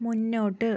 മുന്നോട്ട്